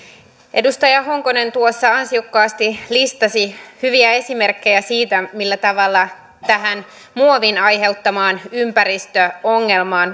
edustaja honkonen tuossa ansiokkaasti listasi hyviä esimerkkejä siitä millä tavalla tähän muovin aiheuttamaan ympäristöongelmaan